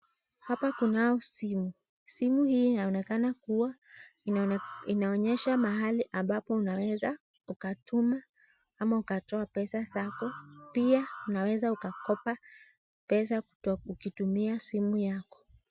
Hapa kunao simu, simu hii inaonekana kuwa inaonyesha mahali ambapo unaweza ukatuma ama ukatoa pesa zako, pia unaweza ukakopa pesa ukitumia simu yako.